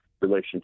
relationship